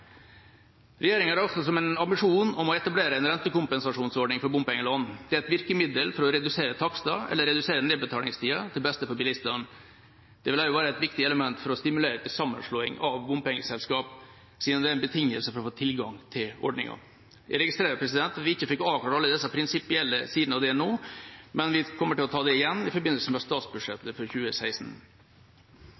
Regjeringa har også en ambisjon om å etablere en rentekompensasjonsordning for bompengelån. Det er et virkemiddel for å redusere takster eller redusere nedbetalingstida til beste for bilistene. Det vil også være et viktig element for å stimulere til sammenslåing av bompengeselskap, siden det er en betingelse for å få tilgang til ordninga. Jeg registrerer at vi ikke fikk avklart alle de prinsipielle sidene av det nå, men vi kommer til å ta det igjen i forbindelse med statsbudsjettet for 2016.